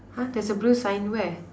!huh! there's a blue sign where